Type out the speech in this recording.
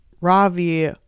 Ravi